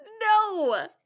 No